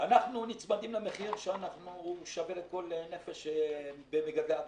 אנחנו נצמדים למחיר ששווה לכל נפש במגדלי העגבנייה.